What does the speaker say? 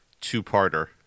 two-parter